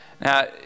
Now